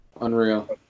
unreal